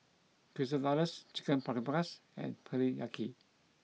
Quesadillas Chicken Paprikas and Teriyaki